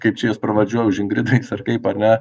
kaip čia juos pravardžiuoja už ingridą jais ar kaip ar ne